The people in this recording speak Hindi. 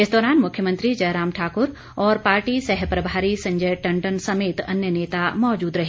इस दौरान मुख्यमंत्री जयराम ठाकुर और पार्टी सहप्रभारी संजय टंडन समेत अन्य नेता मौजूद रहे